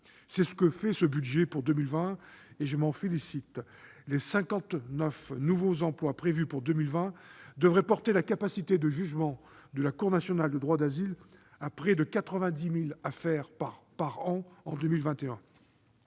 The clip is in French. C'est ce que fait ce budget pour 2020 et je m'en félicite : les 59 nouveaux emplois prévus pour 2020 devraient porter la capacité de jugement de la CNDA à près de 90 000 affaires par an en 2021.